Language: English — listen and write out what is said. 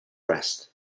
rest